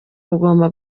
bugomba